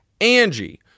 Angie